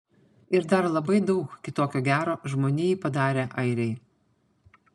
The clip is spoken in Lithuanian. ir dar labai daug kitokio gero žmonijai padarę airiai